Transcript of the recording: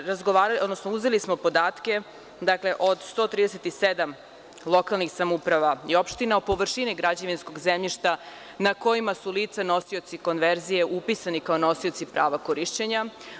Uzeli smo podatke od 137 lokalnih samouprava i opština o površini građevinskog zemljišta na kojima su lica nosioci konverzije upisani kao nosioci prava korišćenja.